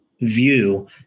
view